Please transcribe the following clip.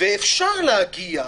אפשר להגיע,